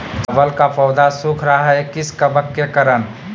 चावल का पौधा सुख रहा है किस कबक के करण?